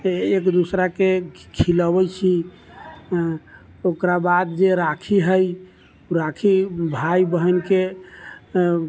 एक दोसराके खिलाबै छी ओकरा बाद जे राखी है राखी भाइ बहिनके